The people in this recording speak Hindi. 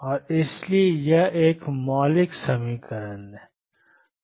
और इसलिए यह एक मौलिक समीकरण है